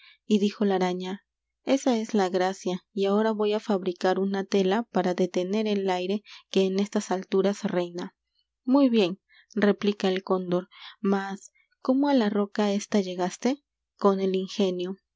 y dijo la a r a ñ a esa es la gracia y ahora voy á fabricar una tela para detener el aire que en estas alturas reina muy bien replica el cóndor mas cómo á la roca esta llegaste con el ingenio